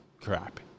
crap